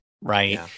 right